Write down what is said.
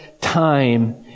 time